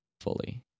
fully